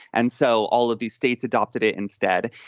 and so all of these states adopted it instead.